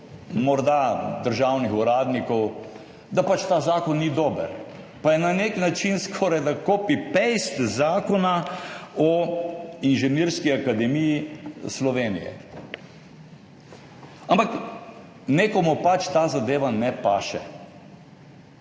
morda državnih uradnikov, da pač ta zakon ni dober. Pa je na nek način skorajda copy-paste Zakona o Inženirski akademiji Slovenije. Ampak nekomu pač ta zadeva ne paše.